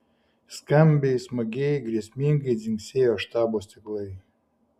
skambiai smagiai grėsmingai dzingsėjo štabo stiklai